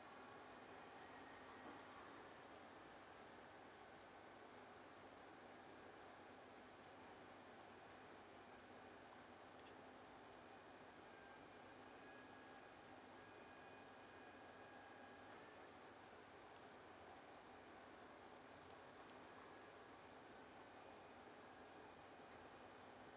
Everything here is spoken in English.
uh